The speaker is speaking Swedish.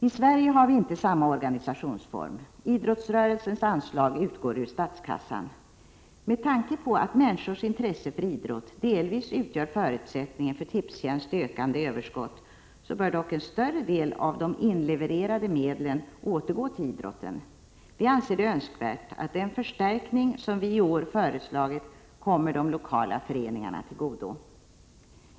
I Sverige har vi inte samma organisationsform, och idrottsrörelsens anslag utgår ur statskassan. Med tanke på att människors intresse för idrott delvis utgör förutsättningen för Tipstjänsts ökande överskott, bör dock en större del av de inlevererade medlen återgå till idrotten. Vi anser det önskvärt att den förstärkning som vi i år föreslagit kommer de lokala föreningarna till godo.